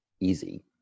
easy